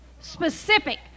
Specific